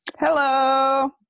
Hello